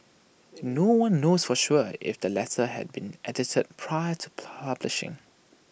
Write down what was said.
no one knows for sure if the letter had been edited prior to publishing